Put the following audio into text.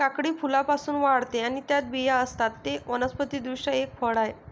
काकडी फुलांपासून वाढते आणि त्यात बिया असतात, ते वनस्पति दृष्ट्या एक फळ आहे